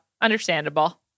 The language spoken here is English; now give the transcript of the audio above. understandable